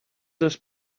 this